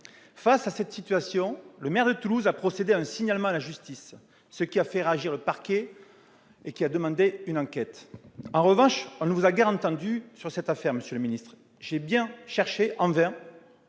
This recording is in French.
Face à cette situation, le maire de Toulouse a procédé à un signalement à la justice, ce qui a fait réagir le parquet, qui a demandé une enquête. En revanche, on ne vous a guère entendu sur cette affaire, monsieur le ministre d'État. J'ai bien cherché, mais